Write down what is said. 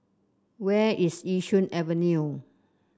where is Yishun Avenue